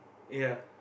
ya